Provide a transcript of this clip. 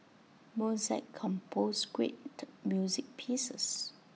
Mozart composed great music pieces